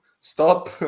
stop